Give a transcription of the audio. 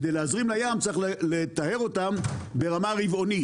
כדי להזרים לים צריך לטהר אותם ברמה רבעונית.